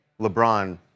LeBron